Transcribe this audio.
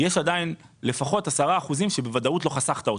יש לפחות 10% שבוודאות לא חסכת אותם,